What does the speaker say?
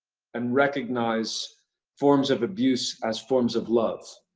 and recognize forms of abuse as forms of love.